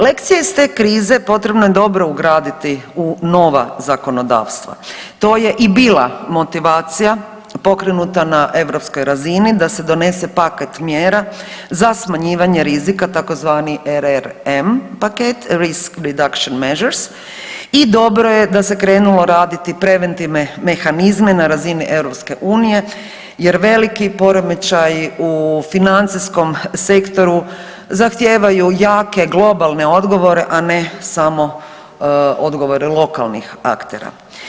Lekcije iz te krize potrebno je dobro ugraditi u nova zakonodavstva, to je i bila motivacija pokrenuta na europskoj razini, da se donese paket mjera za smanjivanje rizika, tzv. RRM paket (risk reduction measures) i dobro je da se krenulo raditi preventivne mehanizme na razini EU-a jer veliki poremećaji u financijskom sektoru zahtijevaju jake globalne odgovore a ne samo odgovore lokalnih aktera.